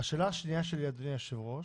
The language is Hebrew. השאלה השנייה שלי, אדוני היושב-ראש,